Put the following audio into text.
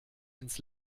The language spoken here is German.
ins